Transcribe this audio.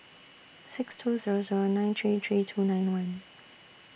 six two Zero Zero nine three three two nine one